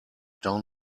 down